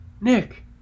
Nick